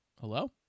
Hello